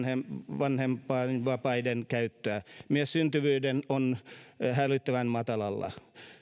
vanhempainvapaiden käyttöä myös syntyvyys on hälyttävän matalalla